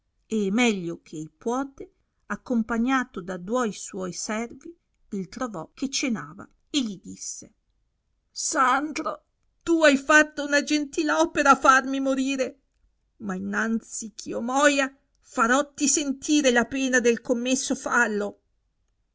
e meglio che ei puote accompagnato da duoi suoi servi il trovò che cenava e gli disse sandro tu hai fatta una gentil opera a farmi morire ma innanzi eh io moia faretti sentire la pena del commesso fallo